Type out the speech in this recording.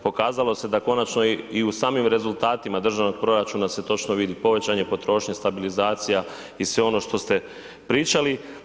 Pokazalo se da konačno i u samim rezultatima državnog proračuna se točno vidi povećanje potrošnje, stabilizacija i sve ono što ste pričali.